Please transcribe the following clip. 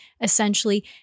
essentially